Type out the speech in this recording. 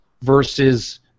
versus